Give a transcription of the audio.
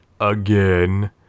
again